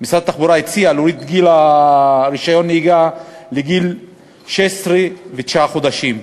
משרד התחבורה הציע להוריד את גיל רישיון הנהיגה לגיל 16 ותשעה חודשים.